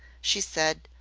she said,